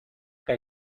que